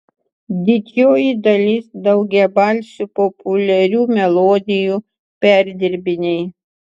didžioji dalis daugiabalsių populiarių melodijų perdirbiniai